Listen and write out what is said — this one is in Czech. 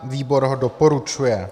Výbor ho doporučuje.